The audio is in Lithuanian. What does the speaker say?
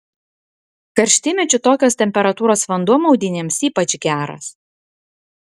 karštymečiu tokios temperatūros vanduo maudynėms ypač geras